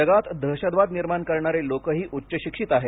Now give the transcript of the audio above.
जगात दहशतवाद निर्माण करणारे लोकही उच्चशिक्षित आहेत